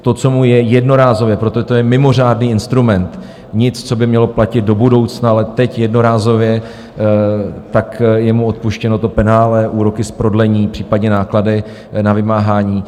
To, co mu je jednorázově proto je to mimořádný instrument, nic, co by mělo platit do budoucna, ale teď jednorázově je mu odpuštěno to penále, úroky z prodlení, případně náklady na vymáhání.